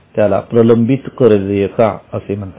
त्याला प्रलंबित कर देयता असे म्हणतात